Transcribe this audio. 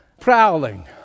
prowling